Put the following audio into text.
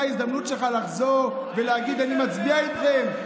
זו ההזדמנות שלך לחזור ולהגיד: אני מצביע איתכם.